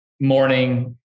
morning